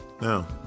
Now